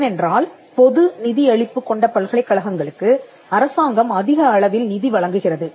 ஏனென்றால் பொது நிதியளிப்பு கொண்ட பல்கலைக்கழகங்களுக்கு அரசாங்கம் அதிக அளவில் நிதி வழங்குகிறது